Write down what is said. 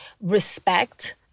respect